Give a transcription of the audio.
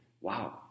Wow